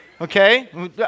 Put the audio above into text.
Okay